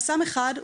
חסם אחד,